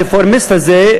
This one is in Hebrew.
הרפורמיסט הזה,